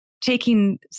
taking